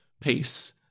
peace